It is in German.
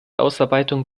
ausarbeitung